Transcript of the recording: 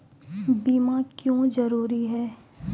बीमा क्यों जरूरी हैं?